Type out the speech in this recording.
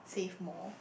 save more